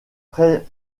près